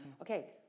okay